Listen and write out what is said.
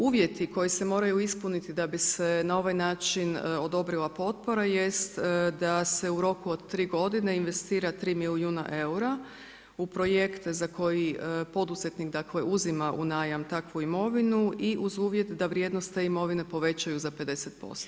Uvjeti koji se moraju ispuniti da bi se na ovaj način odobrila potpora jest da se u roku od tri godine investira tri milijuna eura u projekte za koji poduzetnik, dakle uzima u najam takvu imovinu i uz uvjet da vrijednost te imovine povećaju za 50%